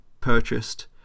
purchased